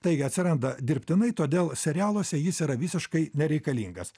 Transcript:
taigi atsiranda dirbtinai todėl serialuose jis yra visiškai nereikalingas